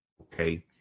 Okay